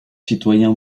citoyen